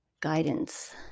guidance